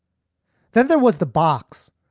then there was the box,